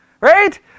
right